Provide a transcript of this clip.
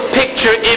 picture